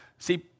See